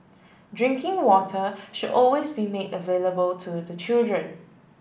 drinking water should always be made available to the children